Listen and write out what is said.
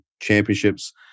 championships